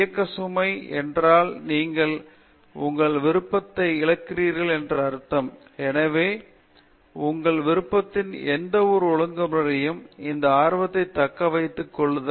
இயக்கம் சுமை என்றால் நீங்கள் உங்கள் விருப்பத்தை இழக்கிறீர்கள் என்று அர்த்தம் எனவே உங்கள் விருப்பத்தின் எந்தவொரு ஒழுங்குமுறையிலும் இந்த ஆர்வத்தைத் தக்க வைத்துக் கொள்ளுங்கள்